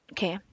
Okay